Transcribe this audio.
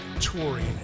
touring